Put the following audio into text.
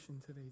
today